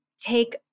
take